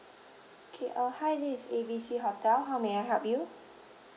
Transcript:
K uh hi this is A B C hotel how may I help you